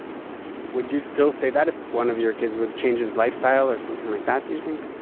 would you still say that if one of your kids would change his lifestyle or something like that, do you think?